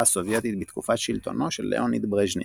הסובייטית בתקופת שלטונו של ליאוניד ברז'נייב.